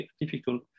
difficult